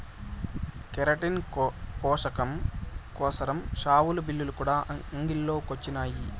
keratin పోసకం కోసరం షావులు, బిల్లులు కూడా అంగిల్లో కొచ్చినాయి